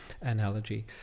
analogy